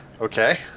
okay